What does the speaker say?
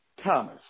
Thomas